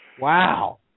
Wow